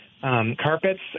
carpets